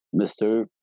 Mr